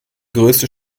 größte